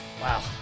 Wow